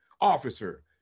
officer